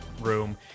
room